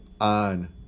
on